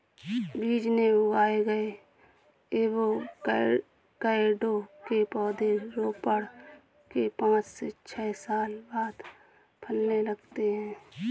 बीज से उगाए गए एवोकैडो के पौधे रोपण के पांच से छह साल बाद फलने लगते हैं